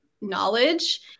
Knowledge